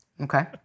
Okay